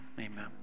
Amen